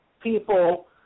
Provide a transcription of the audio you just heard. People